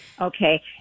Okay